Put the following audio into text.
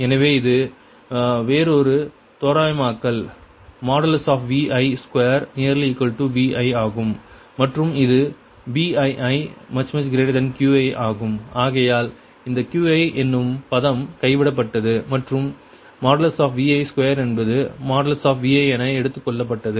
எனவே இது வேறொரு தோராயமயமாக்கல் Vi2≅|Vi| ஆகும் மற்றும் இது BiiQi ஆகும் ஆகையால் இந்த Qi என்னும் பதம் கைவிடப்பட்டது மற்றும் Vi2 என்பது |Vi| என எடுத்துக் கொள்ளப்பட்டது